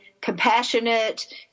compassionate